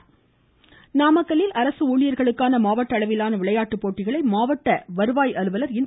நாமக்கல் நாமக்கல்லில் அரசு ஊழியர்களுக்கான மாவட்ட அளவிலான விளையாட்டுப் போட்டிகளை மாவட்ட வருவாய் அலுவலர் திருமதி